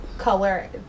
Color